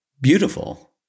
beautiful